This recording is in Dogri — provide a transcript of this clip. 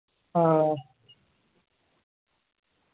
हां